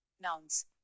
Nouns